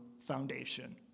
foundation